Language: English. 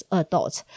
adults